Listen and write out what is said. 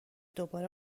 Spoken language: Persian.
دوباره